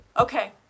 Okay